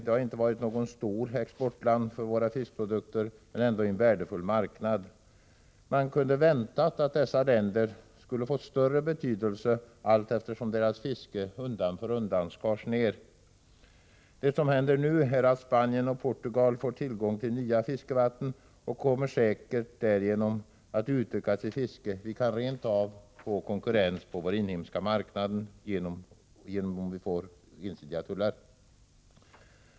Det har inte varit något stort exportland för våra fiskprodukter men ändå en värdefull marknad. Man kunde ha väntat att Spanien och Portugal skulle få större betydelse, allteftersom deras fiske undan för undan skurits ned. Vad som händer nu är att Spanien och Portugal får tillgång till nya fiskevatten, och de kommer därigenom säkerligen att utöka sitt fiske. Vi kan rent av få konkurrens på vår inhemska marknad, om vi får ensidiga tullar.